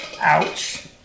Ouch